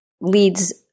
leads